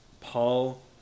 Paul